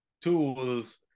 tools